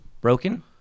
Broken